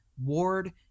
Ward